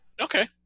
Okay